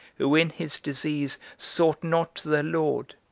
who in his disease sought not to the lord,